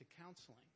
counseling